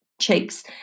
cheeks